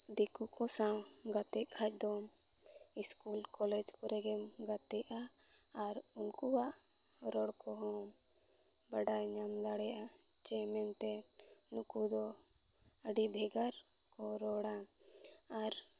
ᱫᱤᱠᱩ ᱠᱚ ᱥᱟᱶ ᱜᱟᱛᱮᱜ ᱠᱷᱟᱡ ᱫᱚᱢ ᱤᱥᱠᱩᱞ ᱠᱚᱞᱮᱡᱽ ᱠᱚᱨᱮᱜᱮᱢ ᱜᱟᱛᱮᱜᱼᱟ ᱟᱨ ᱩᱱᱠᱩᱣᱟᱜ ᱨᱚᱲ ᱠᱚᱦᱚᱢ ᱵᱟᱰᱟᱭ ᱧᱟᱢ ᱫᱟᱲᱮᱭᱟᱜᱼᱟ ᱪᱮ ᱢᱮᱱᱛᱮ ᱱᱩᱠᱩ ᱫᱚ ᱟᱹᱰᱤ ᱵᱷᱮᱜᱟᱨ ᱠᱚ ᱨᱚᱲᱟ ᱟᱨ